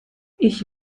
ich